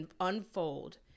unfold